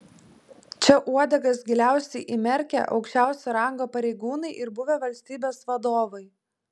čia uodegas giliausiai įmerkę aukščiausio rango pareigūnai ir buvę valstybės vadovai